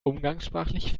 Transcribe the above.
umgangssprachlich